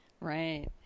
Right